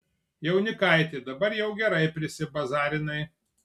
jaunikaiti dabar jau gerai prisibazarinai